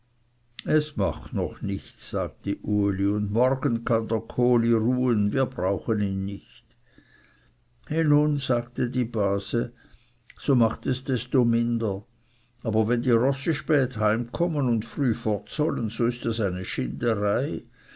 es macht noch nichts sagte uli und morgen kann der kohli ruhen wir brauchen ihn nicht he nun sagte die base so macht es desto minder aber wenn die rosse spät heimkommen und früh fort sollen so ist das eine schinderei